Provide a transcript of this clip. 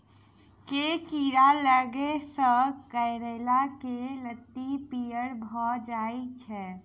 केँ कीड़ा लागै सऽ करैला केँ लत्ती पीयर भऽ जाय छै?